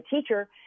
teacher